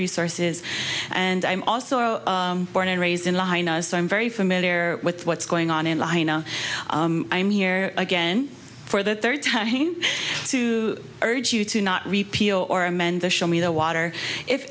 resources and i am also born and raised in line so i'm very familiar with what's going on in line and i'm here again for the third time to urge you to not repeal or amend the show me the water if